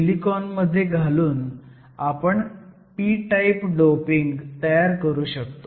silicon मध्ये घालून आपण p टाईप डोपिंग तयार करू शकतो